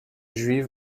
juive